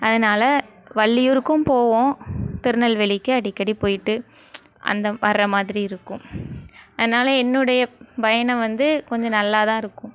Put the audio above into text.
அதனால் வள்ளியூருக்கும் போவோம் திருநெல்வேலிக்கு அடிக்கடி போயிவிட்டு அந்த வர மாதிரி இருக்கும் அதனால் என்னுடைய பயணம் வந்து கொஞ்சம் நல்லா தான் இருக்கும்